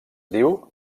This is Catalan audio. diu